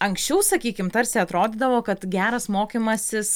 anksčiau sakykim tarsi atrodydavo kad geras mokymasis